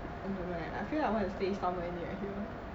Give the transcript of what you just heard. I don't know leh I feel I would want to stay some where near here